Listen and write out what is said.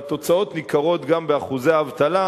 והתוצאות ניכרות גם באחוזי האבטלה,